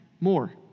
more